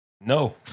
No